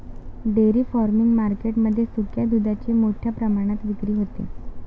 dairy farming market मध्ये सुक्या दुधाची मोठ्या प्रमाणात विक्री होते